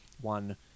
one